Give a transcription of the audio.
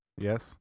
yes